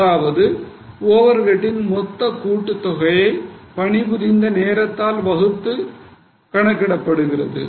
அதாவது ஓவர்ஹேட்டின் மொத்த கூட்டு தொகையை பணிபுரிந்த நேரத்தால் வகுத்து கணக்கிடப்படுகிறது